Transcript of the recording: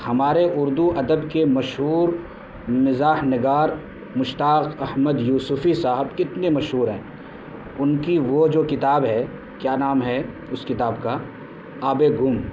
ہمارے اردو ادب کے مشہور مزاح نگار مشتاق احمد یوسفی صاحب کتنے مشہور ہیں ان کی وہ جو کتاب ہے کیا نام ہے اس کتاب کا آب گم